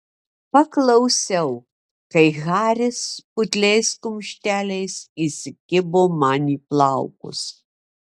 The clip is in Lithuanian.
paklausiau kai haris putliais kumšteliais įsikibo man į plaukus